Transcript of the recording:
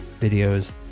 videos